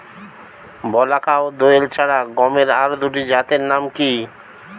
বলাকা ও দোয়েল ছাড়া গমের আরো দুটি জাতের নাম কি?